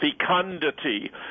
fecundity